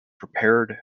prepared